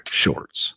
shorts